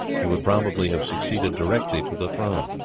he would probably have succeeded directly to the throne.